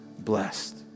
blessed